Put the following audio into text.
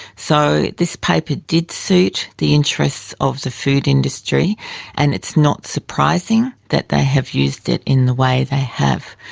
so this paper did suit the interests of the food industry and it's not surprising that they have used it in the way they have.